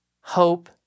hope